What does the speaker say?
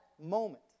moment